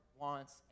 wants